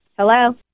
Hello